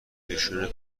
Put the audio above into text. نشون